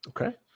Okay